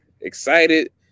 excited